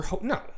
No